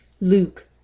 Luke